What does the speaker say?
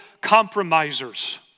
compromisers